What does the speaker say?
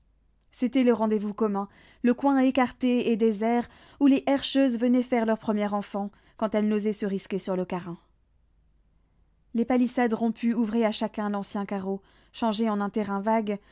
c'était le rendez-vous commun le coin écarté et désert où les herscheuses venaient faire leur premier enfant quand elles n'osaient se risquer sur le carin les palissades rompues ouvraient à chacun l'ancien carreau changé en un terrain vague